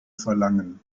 verlangen